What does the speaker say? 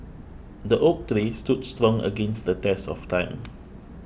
the oak tree stood strong against the test of time